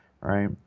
right